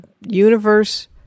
universe